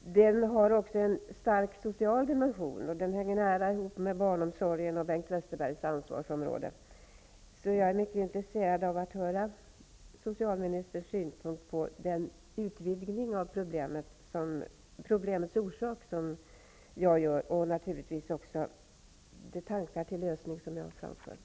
den har också en stark social dimension, och den hänger nära ihop med barnomsorgen och Bengt Westerbergs ansvarsområde. Jag är därför mycket intresserad av att höra socialministerns synpunkter på den utvidgning av problemets orsak som jag har framfört och naturligtvis också de tankar till lösning som jag har framfört.